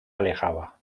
alejaba